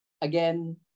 again